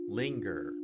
linger